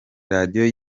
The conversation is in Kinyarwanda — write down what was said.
radio